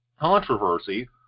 controversy